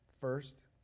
first